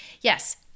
yes